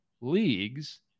leagues